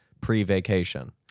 pre-vacation